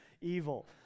evil